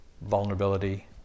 vulnerability